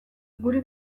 guri